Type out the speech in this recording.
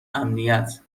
امنیت